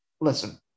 Listen